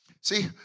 See